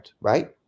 right